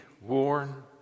worn